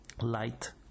Light